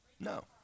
No